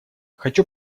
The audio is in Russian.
хочу